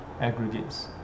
aggregates